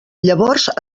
llavors